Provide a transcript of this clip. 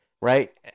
right